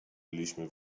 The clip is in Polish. byliśmy